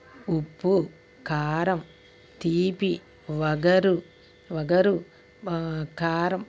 ఉప్పు కారం తీపి వగరు వగరు కారం